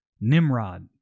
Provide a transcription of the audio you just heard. Nimrod